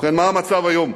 ובכן, מה המצב היום?